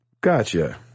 Gotcha